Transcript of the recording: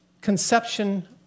conception